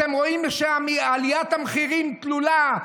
אתם רואים שעליית המחירים תלולה.